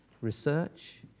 research